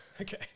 Okay